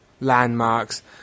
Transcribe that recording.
landmarks